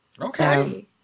Okay